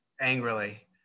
angrily